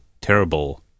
terrible